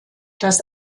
das